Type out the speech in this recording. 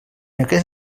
aquest